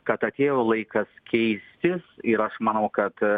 kad atėjo laikas keistis ir aš manau kad